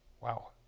Wow